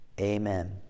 amen